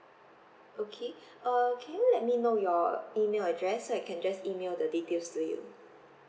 okay uh can you let me know your email address so I can just email the details to you